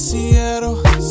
Seattle